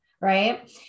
right